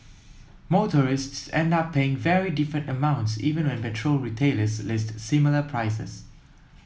motorists end up paying very different amounts even when petrol retailers list similar prices